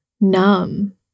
numb